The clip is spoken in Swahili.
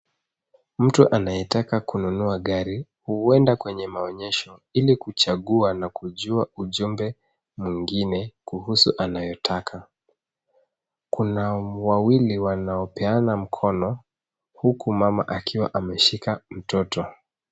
Mtu anayetaka kununua gari huenda kwenye maonyesho ili kuchagua na kujua ujumbe mwingine kuhusu anayotaka. Kuna wawili wanaopena mkono huku mama akiwa ameshika mtoto.